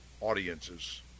audiences